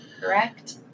correct